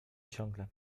ciągle